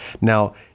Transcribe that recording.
Now